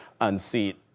unseat